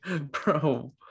bro